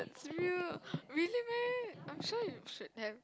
serious really meh I am sure you should have